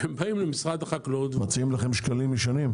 באים ממשרד החקלאות -- מציעים לכם שקלים ישנים,